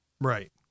Right